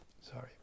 Sorry